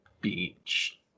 beach